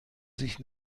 sich